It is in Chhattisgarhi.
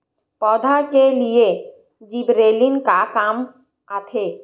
पौधा के लिए जिबरेलीन का काम आथे?